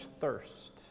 thirst